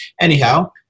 Anyhow